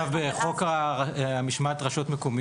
אולי גם לתקן